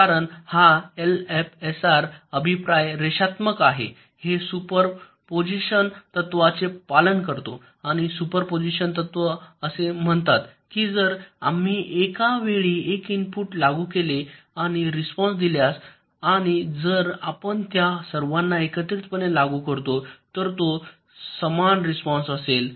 कारण हा एलएफएसआर अभिप्राय रेषात्मक आहे हे सुपरपोजिशन तत्त्वाचे पालन करतो आणि सुपरपोजिशन तत्व असे म्हणतात की जर आम्ही एका वेळी एक इनपुट लागू केले आणि रिस्पॉन्स दिल्यास आणि जर आपण त्या सर्वांना एकत्रितपणे लागू करतो तर तो समान रिस्पॉन्स असेल